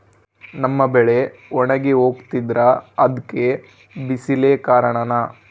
ನಮ್ಮ ಬೆಳೆ ಒಣಗಿ ಹೋಗ್ತಿದ್ರ ಅದ್ಕೆ ಬಿಸಿಲೆ ಕಾರಣನ?